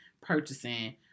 purchasing